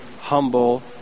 humble